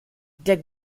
der